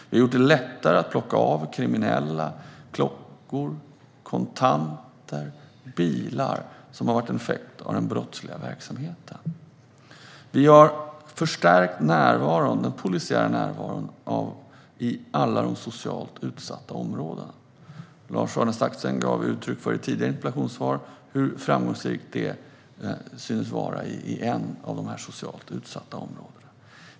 Vi har gjort det lättare att plocka av kriminella deras klockor, kontanter och bilar som har varit en effekt av den brottsliga verksamheten. Vi har förstärkt den polisiära närvaron i alla socialt utsatta områden. Lars-Arne Staxäng gav i tidigare interpellationsdebatt uttryck för hur framgångsrikt detta synes vara i ett av de socialt utsatta områdena.